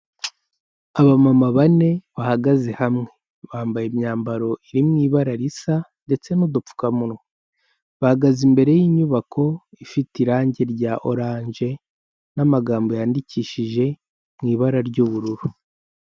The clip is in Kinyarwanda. Abamama bane, bahagaze hamwe. Bambaye imyambaro iri mu ibara risa, ndetse n'udupfukamunwa. Bahagaze imbere y'inyubako, ifite irangi rya orange n'amagambo yandikishije, mu ibara ry'ubururu.